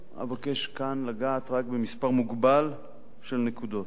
אבקש כאן לגעת רק במספר מוגבל של נקודות.